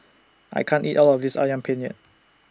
I can't eat All of This Ayam Penyet